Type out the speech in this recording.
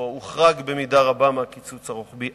או הוחרג במידה רבה מהקיצוץ הרוחבי.